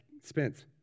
Spence